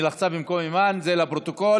היא לחצה במקום אימאן, לפרוטוקול.